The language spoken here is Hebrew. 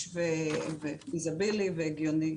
נגיש והגיוני.